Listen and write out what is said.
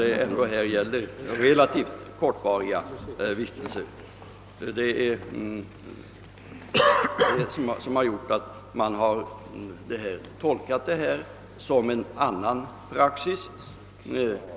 Det är ju fråga om relativt kortvariga vistelser. Det är detta som gjort att dessa regler tolkats som en ny praxis.